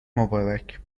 مبارک